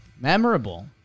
Memorable